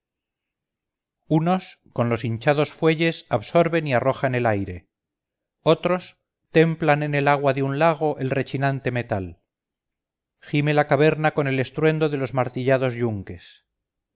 unos con los hinchados fuelles absorben y arrojan el aire otros templan en el agua de un lago el rechinante metal gime la caverna con el estruendo de los martillados yunques